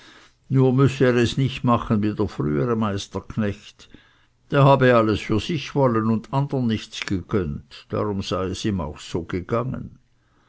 nur müsse er es nicht machen wie der frühere meisterknecht der habe alles für sich wollen und andern nichts gegönnt darum sei es ihm auch so gegangen